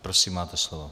Prosím, máte slovo.